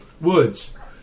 woods